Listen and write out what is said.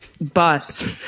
bus